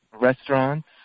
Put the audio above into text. restaurants